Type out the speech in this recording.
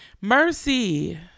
Mercy